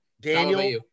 Daniel